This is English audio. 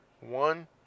one